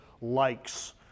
likes